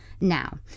Now